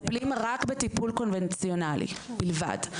אבל מטפלים רק בטיפול קונבנציונלי בלבד,